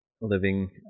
living